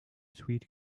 sweet